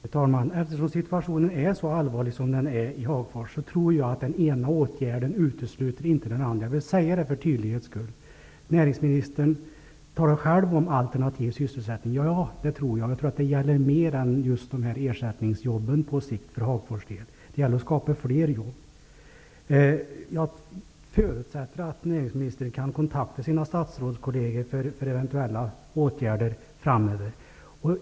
Fru talman! Eftersom situationen är så allvarlig som den är i Hagfors, vill jag för tydlighetens skull säga att den ena åtgärden inte utesluter den andra. Näringsministern talar själv om alternativ sysselsättning. Ja, jag tror att det på sikt för Hagfors gäller mer än dessa ersättningsjobb. Det gäller att skapa fler jobb. Jag förutsätter att näringsministern kan kontakta sina statsrådskolleger för eventuella åtgärder framöver.